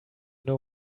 know